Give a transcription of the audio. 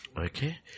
Okay